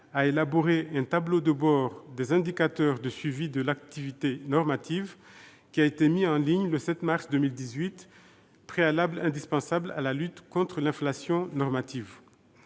a élaboré un tableau de bord des indicateurs de suivi de l'activité normative, qui a été mis en ligne le 7 mars 2018- c'est un préalable indispensable à la lutte contre l'inflation normative.